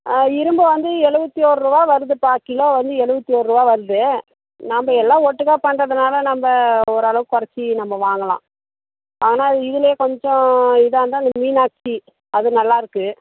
ஆ இரும்பு வந்து எழுவத்தி ஒருபா வருதுப்பா கிலோ வந்து எழுவத்தி ஒருபா வருது நம்ம எல்லாம் ஒட்டுக்கா பண்ணுறதுனால நம்ம ஓரளவுக்கு கொறைச்சி நம்ம வாங்கலாம் அதனால் இதுலேயே கொஞ்சம் இதாக இருந்தால் மீனாட்சி அது நல்லாயிருக்கு